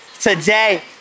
today